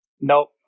Nope